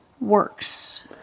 works